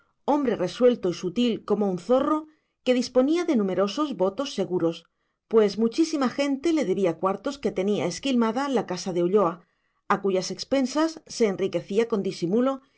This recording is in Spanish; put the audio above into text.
hombre resuelto y sutil como un zorro que disponía de numerosos votos seguros pues muchísima gente le debía cuartos que tenía esquilmada la casa de ulloa a cuyas expensas se enriquecía con disimulo